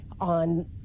on